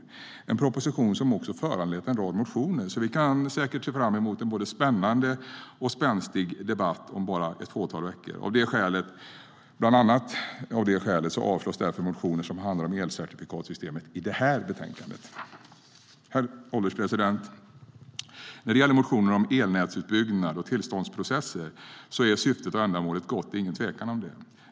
Det är en proposition som föranlett en rad motioner, så vi kan säkert se fram emot en både spännande och spänstig debatt om bara ett fåtal veckor. Bland annat av det skälet avslås därför motioner som handlar om elcertifikatssystemet i detta betänkande. Herr ålderspresident! När det gäller motioner om elnätsutbyggnad och tillståndsprocesser är syftet och ändamålet utan tvekan gott.